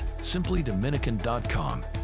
simplydominican.com